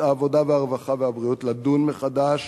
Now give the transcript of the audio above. הרווחה והבריאות לדון מחדש